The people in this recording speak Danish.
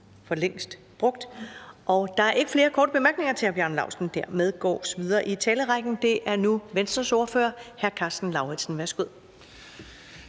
for længst brugt. Der er ikke flere korte bemærkninger til hr. Bjarne Lausten. Dermed går vi videre i talerrækken, og det er nu Venstres ordfører, hr. Karsten Lauritzen. Værsgo.